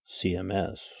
CMS